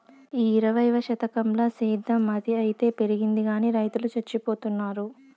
ఈ ఇరవైవ శతకంల సేద్ధం అయితే పెరిగింది గానీ రైతులు చచ్చిపోతున్నారు